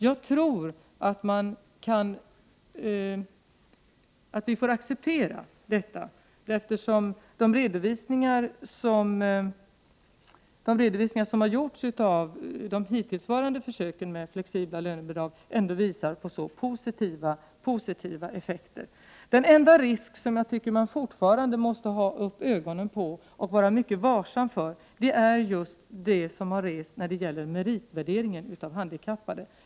Jag tror att man får acceptera detta, eftersom de redovisningar som har gjorts av de hittillsvarande försöken med flexibla lönebidrag visar på så positiva effekter. Den enda risk som jag tycker man fortfarande måste ha ögonen på och vara mycket vaksam för är meritvärderingen av handikappade.